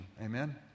Amen